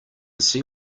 see